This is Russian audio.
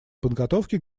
подготовке